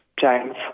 James